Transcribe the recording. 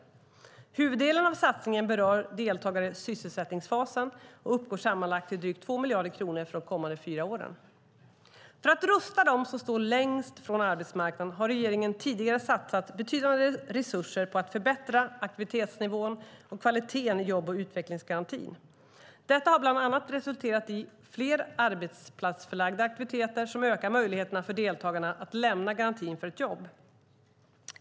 Huvuddelen av satsningen berör deltagare i sysselsättningsfasen och uppgår sammanlagt till drygt 2 miljarder kronor de kommande fyra åren. För att rusta dem som står längst från arbetsmarknaden har regeringen tidigare satsat betydande resurser på att förbättra aktivitetsnivån och kvaliteten i jobb och utvecklingsgarantin. Detta har bland annat resulterat i fler arbetsplatsförlagda aktiviteter som ökar möjligheterna för deltagarna att lämna garantin för ett jobb.